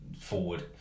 forward